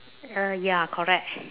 uh ya correct